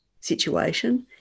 situation